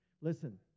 Listen